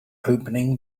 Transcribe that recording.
opening